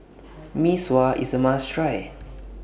Mee Sua IS A must Try